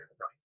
right